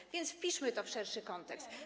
Tak więc wpiszmy to w szerszy kontekst.